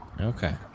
Okay